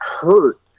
hurt